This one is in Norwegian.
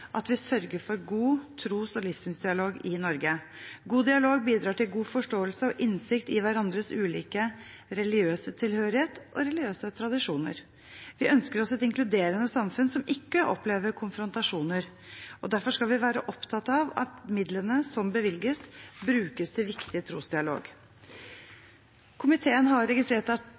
at vi sørger for god tros- og livssynsdialog i Norge. God dialog bidrar til god forståelse og innsikt i hverandres ulike religiøse tilhørighet og religiøse tradisjoner. Vi ønsker oss et inkluderende samfunn som ikke opplever konfrontasjoner, og derfor skal vi være opptatt av at midlene som bevilges, brukes til viktig trosdialog. Komiteen har registrert at